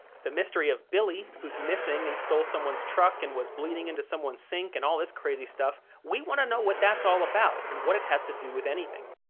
the mystery of billy, who's missing and stole someone's truck and was bleeding into someone's sink and all this crazy stuff, we want to know what that's all about and what it has to do with anything,